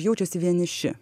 jaučiasi vieniši